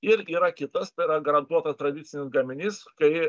ir yra kitas tai yra garantuotas tradicinis gaminys kai